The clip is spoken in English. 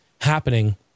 happening